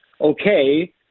okay